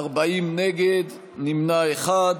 40 נגד, נמנע אחד.